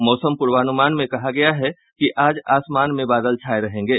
मौसम पूर्वानुमान में कहा गया है कि आज आसमान में बादल छाये रहेंगे